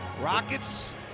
Rockets